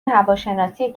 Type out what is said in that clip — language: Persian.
هواشناسی